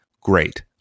Great